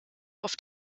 auf